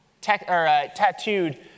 tattooed